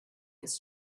his